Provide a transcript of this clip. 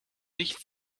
nicht